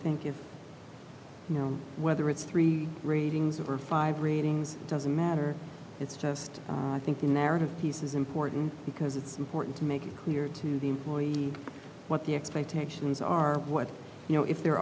and you know whether it's three ratings or five ratings doesn't matter it's just i think the narrative piece is important because it's important to make it clear to the employees what the expectations are what you know if there